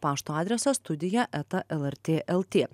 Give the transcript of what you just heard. pašto adresas studija eta el er tė el tė